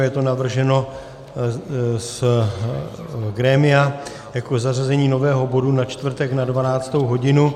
Je to navrženo z grémia jako zařazení nového bodu na čtvrtek na 12. hodinu.